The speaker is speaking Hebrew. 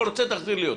לא רוצה, תחזיר לי אותה.